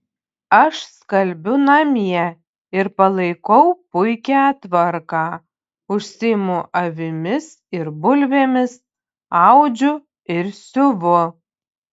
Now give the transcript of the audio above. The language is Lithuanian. aš skalbiu namie ir palaikau puikią tvarką užsiimu avimis ir bulvėmis audžiu ir siuvu